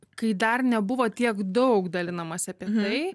kai dar nebuvo tiek daug dalinamasi apie tai